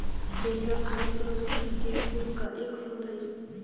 dahlia फूल सूर्यमुखी के कुल का एक फूल हई